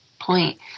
point